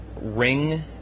ring